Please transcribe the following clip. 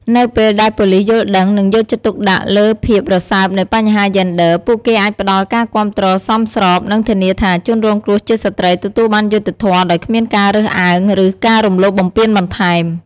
នៅពេលដែលប៉ូលិសយល់ដឹង និងយកចិត្តទុកដាក់លើភាពរសើបនៃបញ្ហាយេនឌ័រ ពួកគេអាចផ្តល់ការគាំទ្រសមស្រប និងធានាថាជនរងគ្រោះជាស្ត្រីទទួលបានយុត្តិធម៌ដោយគ្មានការរើសអើង ឬការរំលោភបំពានបន្ថែម។